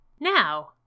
Now